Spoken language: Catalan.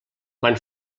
quan